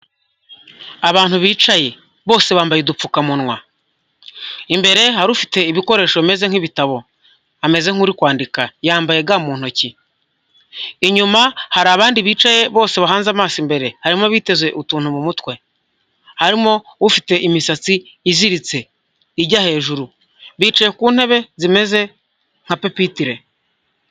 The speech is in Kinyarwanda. Abantu bicaye bose bambaye udupfukamunwa. Imbere hari ufite ibikoresho bimeze nk'ibitabo ameze nk'u kwandika yambayega mu ntoki. Inyuma hari abandi bicaye bose bahanze amaso imbere, harimo biteze utuntu mu mutwe, harimo ufite imisatsi iziritse ijya hejuru. Bicaye ku ntebe zimeze nka pepetire.